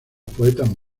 poetas